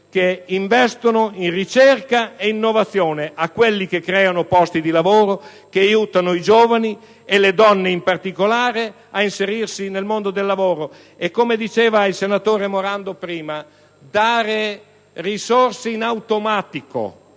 che investono in ricerca e innovazione, a quelle che creano posti di lavoro e che aiutano i giovani e le donne, in particolare, ad inserirsi nel mondo del lavoro. Come diceva il senatore Morando, le risorse andrebbero